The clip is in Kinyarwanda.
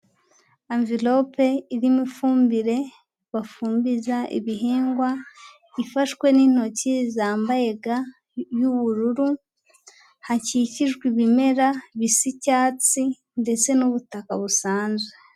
Amvelope irimo ifumbire bafumbiza ibihingwa ifashwe n'intoki zambaye ga y'ubururu, hakikijwe ibimera bisa icyatsi ndetse n'ubutaka busanzwe.